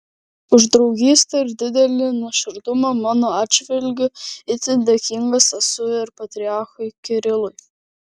už draugystę ir didelį nuoširdumą mano atžvilgiu itin dėkingas esu ir patriarchui kirilui